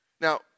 Now